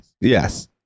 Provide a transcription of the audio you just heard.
yes